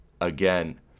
again